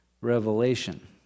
revelation